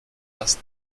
dass